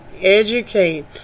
educate